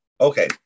Okay